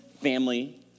family